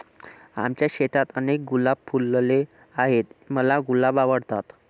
आमच्या शेतात अनेक गुलाब फुलले आहे, मला गुलाब आवडतात